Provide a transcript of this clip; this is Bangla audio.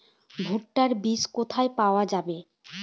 ভুট্টার বিজ কোথায় পাওয়া যাবে?